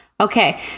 Okay